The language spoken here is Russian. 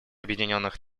объединенных